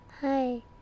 Hi